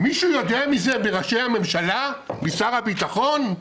מישהו יודע מזה, מראשי הממשלה, משר הביטחון,